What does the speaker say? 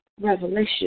revelation